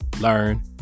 learn